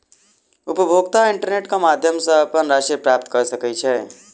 उपभोगता इंटरनेट क माध्यम सॅ अपन राशि प्राप्त कय सकै छै